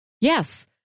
yes